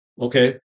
okay